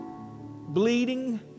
bleeding